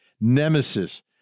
nemesis